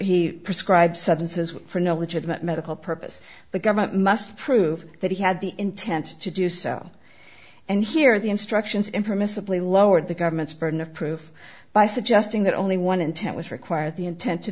he prescribe sudden says for no legitimate medical purpose the government must prove that he had the intent to do so and hear the instructions impermissibly lowered the government's burden of proof by suggesting that only one intent was required the intent to